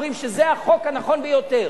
אומרים שזה החוק הנכון ביותר.